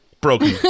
broken